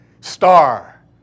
Star